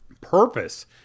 purpose